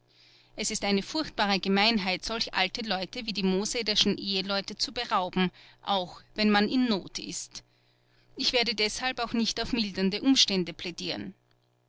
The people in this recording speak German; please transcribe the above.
es ist eine furchtbare gemeinheit solch alte leute wie die moosederschen eheleute zu berauben auch wenn man in not ist ich werde deshalb auch nicht auf mildernde umstände plädieren